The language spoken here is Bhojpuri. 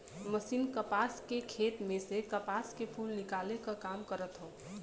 मशीन कपास के खेत में से कपास के फूल निकाले क काम करत हौ